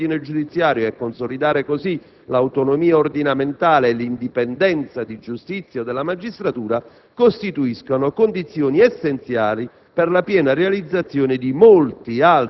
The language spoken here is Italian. oltre che addurre prestigio allo stesso ordine giudiziario e consolidare così l'autonomia ordinamentale e l'indipendenza di giudizio della magistratura, costituiscano condizione essenziale